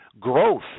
growth